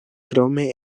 krome